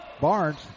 Barnes